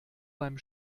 beim